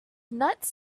nuts